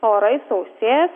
orai sausės